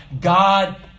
God